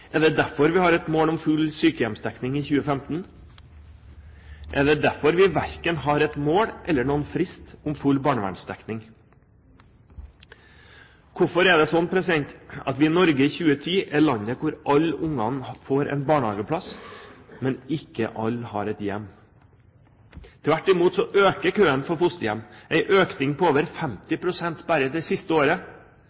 Er det derfor vi har et mål om full sykehjemsdekning i 2015? Er det derfor vi verken har et mål om eller noen frist for full barnevernsdekning? Hvorfor er det slik at Norge i 2010 er det landet hvor alle unger får en barnehageplass, men hvor ikke alle har et hjem? Tvert imot øker køen for å få fosterhjem – en økning på over 50